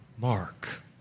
Mark